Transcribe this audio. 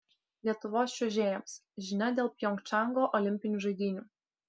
lietuvos čiuožėjams žinia dėl pjongčango olimpinių žaidynių